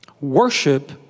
Worship